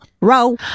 row